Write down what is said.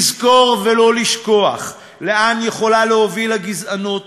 לזכור ולא לשכוח לאן יכולות להוביל הגזענות,